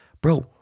Bro